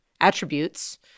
attributes